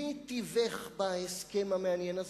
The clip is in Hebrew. מי תיווך בהסכם המעניין הזה?